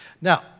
Now